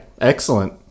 Excellent